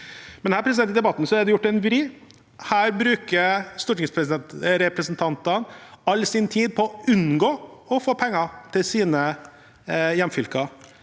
debatten er det gjort en vri. Her bruker stortingsrepresentanter all sin tid på å unngå å få penger til hjemfylket